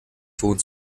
ton